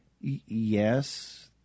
yes